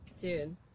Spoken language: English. Dude